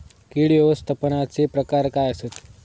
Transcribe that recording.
कीड व्यवस्थापनाचे प्रकार काय आसत?